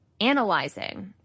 analyzing